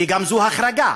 וגם זו החרגה.